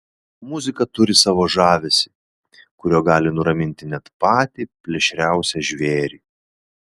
muzika turi savo žavesį kuriuo gali nuraminti net patį plėšriausią žvėrį